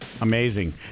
Amazing